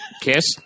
Kiss